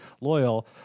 loyal